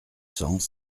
cents